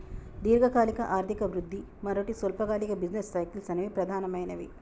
దీర్ఘకాలిక ఆర్థిక వృద్ధి, మరోటి స్వల్పకాలిక బిజినెస్ సైకిల్స్ అనేవి ప్రధానమైనవి